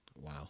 Wow